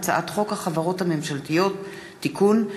מטעם הממשלה: הצעת חוק שמירת הניקיון (תיקון מס'